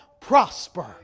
prosper